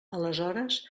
aleshores